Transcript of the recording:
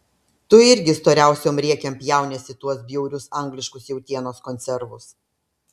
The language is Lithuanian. tu irgi storiausiom riekėm pjauniesi tuos bjaurius angliškus jautienos konservus